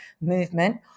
movement